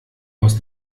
aus